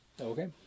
Okay